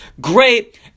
great